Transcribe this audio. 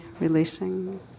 releasing